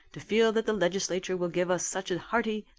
to feel that the legislature will give us such a hearty,